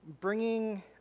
bringing